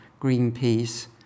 Greenpeace